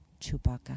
Chewbacca